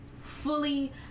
fully